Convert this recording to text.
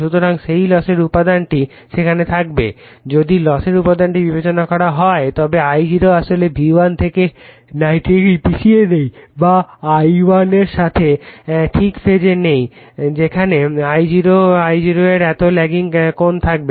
সুতরাং সেই লসের উপাদানটি সেখানে থাকবে যদি লসের উপাদানটি বিবেচনা করা হয় তবে I0 আসলে V1 থেকে 90o পিছিয়ে নেই বা ∅1 এর সাথে ঠিক ফেজে নেই সেখানে I0 এর এত ল্যাগিং কোণ থাকবে